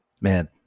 man